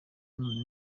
none